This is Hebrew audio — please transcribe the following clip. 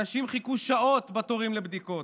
אנשים חיכו שעות בתורים לבדיקות.